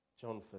John